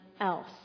else